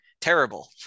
Terrible